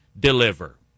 deliver